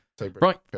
right